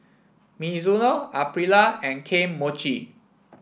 Mizuno Aprilia and Kane Mochi